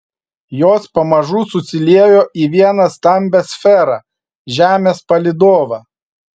jos pamažu susiliejo į vieną stambią sferą žemės palydovą